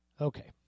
Okay